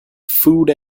food